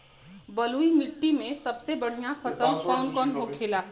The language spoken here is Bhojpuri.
बलुई मिट्टी में सबसे बढ़ियां फसल कौन कौन होखेला?